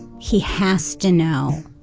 he has to know